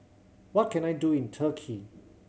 what can I do in Turkey